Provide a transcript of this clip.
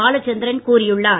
பாலச்சந்திரன் கூறியுள்ளார்